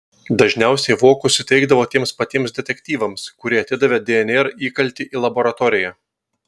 dažniausiai vokus įteikdavo tiems patiems detektyvams kurie atidavė dnr įkaltį į laboratoriją